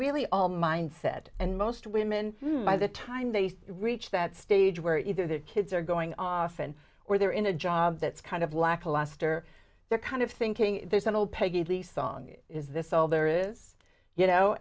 really all mindset and most women by the time they reach that stage where either their kids are going often or they're in a job that's kind of lackluster they're kind of thinking there's an old peggotty song is this all there is you know